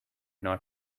not